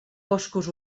boscos